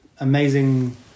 amazing